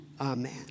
amen